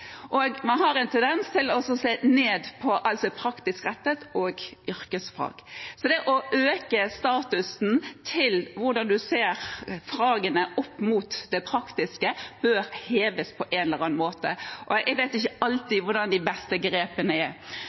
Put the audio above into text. har en tendens til å se ned på alt som er praktisk rettet, og yrkesfag. Så statusen til fagene med tanke på det praktiske bør heves på en eller annen måte. Jeg vet ikke alltid hvordan de beste grepene er.